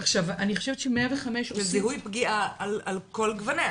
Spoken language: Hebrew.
עכשיו אני חושבת ש -105 עושים --- זיהוי פגיעה על כל גווניה.